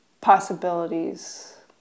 possibilities